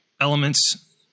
elements